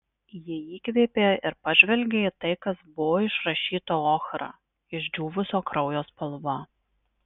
ji įkvėpė ir pažvelgė į tai kas buvo išrašyta ochra išdžiūvusio kraujo spalva